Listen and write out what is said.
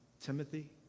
Timothy